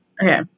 Okay